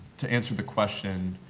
to answer the question,